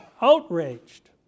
outraged